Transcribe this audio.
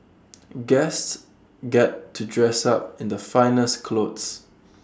guests get to dress up in the finest clothes